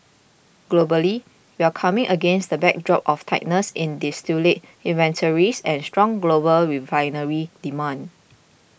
globally we're coming against the backdrop of tightness in distillate inventories and strong global refinery demand